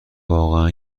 واقعا